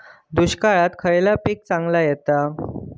दुष्काळात खयला पीक चांगला येता?